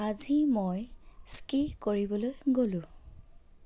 আজি মই স্কি কৰিবলৈ গ'লোঁ